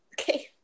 Okay